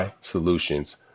Solutions